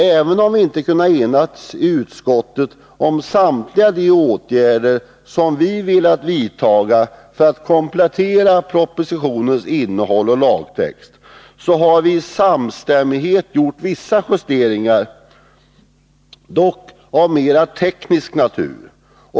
Även om vi inte kunnat enas i utskottet om samtliga de åtgärder som vi velat vidta för att komplettera propositionens innehåll och lagtext, har vi ändå i samstämmighet gjort vissa justeringar, dock av mera teknisk natur.